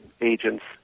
agents